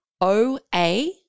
OA